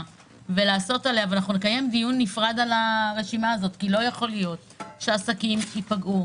ונקיים דיון נפרד על הרשימה הזאת כי לא ייתכן שעסקים ייפגעו